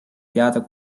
teada